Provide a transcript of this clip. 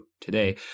today